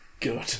good